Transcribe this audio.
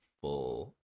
full